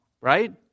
right